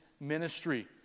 ministry